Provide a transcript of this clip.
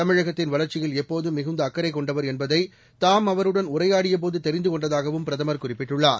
தமிழகத்தின் வளர்ச்சியில் எப்போதும் மிகுந்த அக்கறை கொண்டவர் என்பதை தாம் அவருடன் உரையாடியபோது தெரிந்து கொண்டதாகவும் பிரதமர் குறிப்பிட்டுள்ளார்